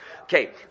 Okay